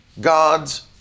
God's